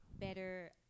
better